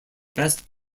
best